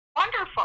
Wonderful